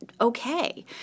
okay